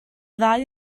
ddau